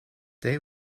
they